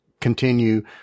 continue